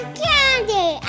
candy